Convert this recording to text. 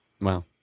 Wow